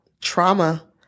trauma